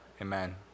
amen